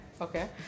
Okay